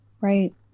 right